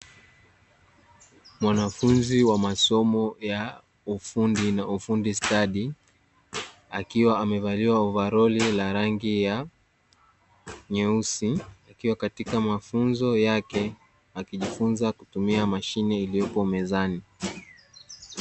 Mwanafunzi wa masomo ya ufundi na ufundi stadi akiwa amevalia ovalori la rangi ya nyeusi akiwa katika mafunzo yake akijifunza kutumia mashine iliyoko mezani.